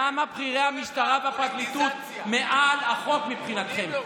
למה בכירי המשטרה והפרקליטות מעל החוק מבחינתכם?